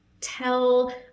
tell